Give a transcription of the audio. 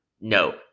No